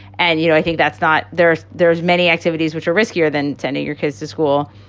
and, you know, i think that's not there. there's many activities which are riskier than sending your kids to school.